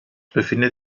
befindet